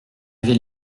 avait